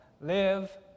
live